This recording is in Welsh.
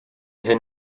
hyn